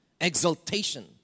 exaltation